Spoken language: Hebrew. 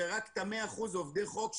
ורק את ה-100% עובדי חוק,